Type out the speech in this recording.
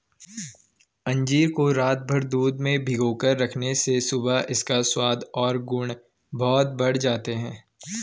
अंजीर को रातभर दूध में भिगोकर रखने से सुबह इसका स्वाद और गुण बहुत बढ़ जाते हैं